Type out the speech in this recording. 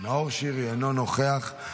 נאור שירי, אינו נוכח.